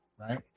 right